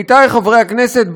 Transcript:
עמיתי חברי הכנסת,